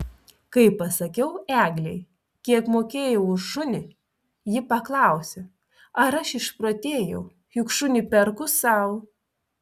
kai pasakiau eglei kiek mokėjau už šunį ji paklausė ar aš išprotėjau juk šunį perku sau